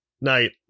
night